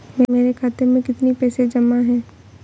मेरे खाता में कितनी पैसे जमा हैं?